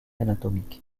anatomique